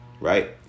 right